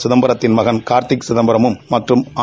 சிதம்பரத்தின் மகன் கார்திக் சிதம்பரமும் மற்றும் அ